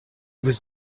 was